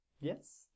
Yes